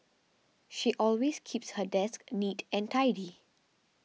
she always keeps her desk neat and tidy